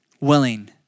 willing